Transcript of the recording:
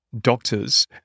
doctors